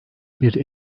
bir